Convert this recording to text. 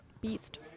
beast